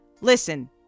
listen